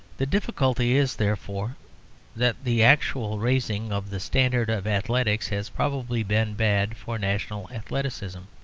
the difficulty is therefore that the actual raising of the standard of athletics has probably been bad for national athleticism.